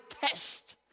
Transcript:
test